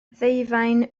ddeufaen